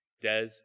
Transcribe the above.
DES